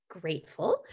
grateful